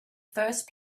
first